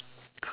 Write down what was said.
cool